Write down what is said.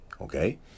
Okay